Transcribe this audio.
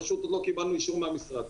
פשוט עוד לא קיבלנו אישור מהמשרד.